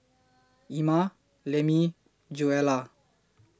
Ima Lemmie Joella